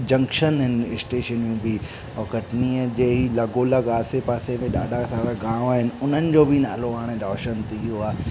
junction आहिनि स्टेशनियूं बि ऐं कटनीअ जे ई लॻोलॻि आसे पासे में ॾाढा सारा गांव आहिनि उन्हनि जो बि नालो हाणे रोशन थी वियो आहे